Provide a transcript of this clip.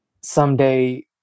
someday